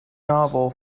novel